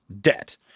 debt